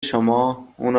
شما، اون